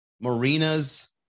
marinas